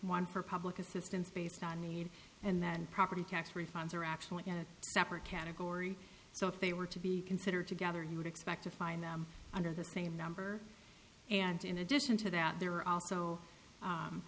one for public assistance based on need and then property tax refunds are actually in a separate category so if they were to be considered together you would expect to find them under the same number and in addition to that there are also